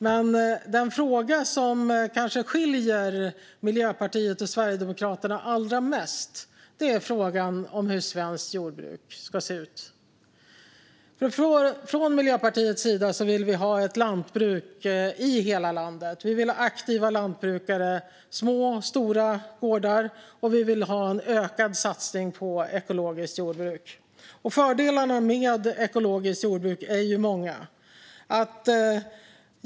Men den fråga där Miljöpartiet och Sverigedemokraterna kanske skiljer sig åt allra mest är hur svenskt jordbruk ska se ut. Miljöpartiet vill ha ett lantbruk i hela landet. Vi vill ha aktiva lantbrukare, små och stora gårdar och en ökad satsning på ekologiskt jordbruk. Fördelarna med ekologiskt jordbruk är många.